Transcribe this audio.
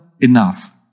enough